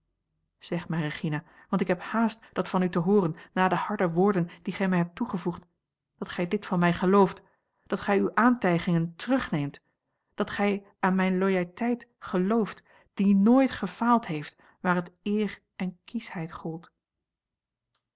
zeg mij regina want ik heb haast dat van u te hooren na de harde woorden die gij mij hebt toegevoegd dat gij dit van mij gelooft dat gij uwe aantijgingen terugneemt dat gij aan mijne a l g bosboom-toussaint langs een omweg loyauteit gelooft die nooit gefaald heeft waar het eere en kieschheid gold